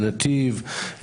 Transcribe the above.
לנתיב,